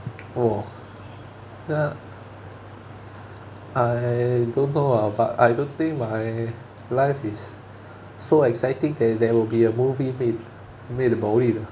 oh uh I don't know ah but I don't think my life is so exciting that there would be a movie made made about it